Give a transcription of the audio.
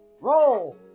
Roll